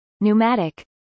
pneumatic